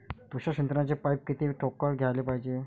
तुषार सिंचनाचे पाइप किती ठोकळ घ्याले पायजे?